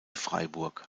freiburg